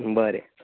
बरें